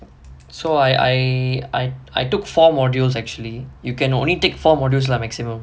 so I I I I took four modules actually you can only take four modules lah maximum